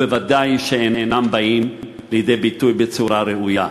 ובוודאי אינם באים לידי ביטוי בצורה ראויה.